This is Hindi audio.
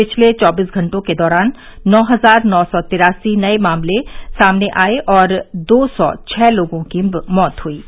पिछले चौबीस घंटों के दौरान नौ हजार नौ सौ तिरासी नये मामले आए हैं और दो सौ छह लोगों की मौत हुई है